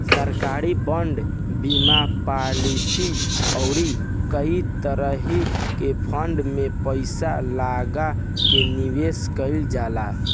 सरकारी बांड, बीमा पालिसी अउरी कई तरही के फंड में पईसा लगा के निवेश कईल जाला